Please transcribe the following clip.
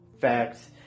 facts